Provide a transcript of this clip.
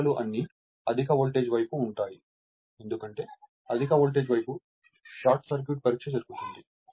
ఈ విలువలు అన్నీ అధిక వోల్టేజ్ వైపు ఉంటాయి ఎందుకంటే అధిక వోల్టేజ్ వైపు షార్ట్ సర్క్యూట్ పరీక్ష జరుగుతుంది